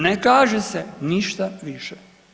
Ne kaže se ništa više.